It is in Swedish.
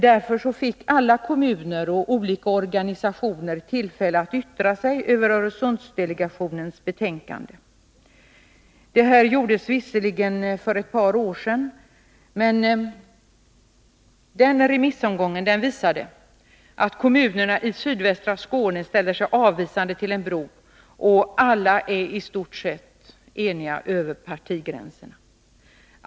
Därför fick alla kommuner och olika organisationer tillfälle att yttra sig över Öresundsdelegationens betänkande. Detta gjordes visserligen för ett par år sedan, men den remissomgången visade att kommunerna i sydvästra Skåne ställer sig avvisande till en bro. Alla är i stort sett eniga över partigränserna.